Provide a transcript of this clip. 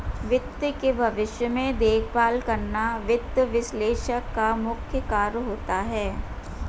वित्त के भविष्य में देखभाल करना वित्त विश्लेषक का मुख्य कार्य होता है